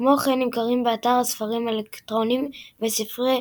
כמו כן, נמכרים באתר ספרים אלקטרוניים וספרי